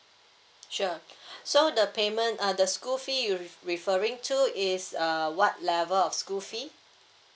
sure so the payment uh the school fee you re~ referring to is uh what level of school fee